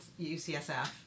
UCSF